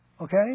Okay